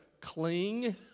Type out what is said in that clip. cling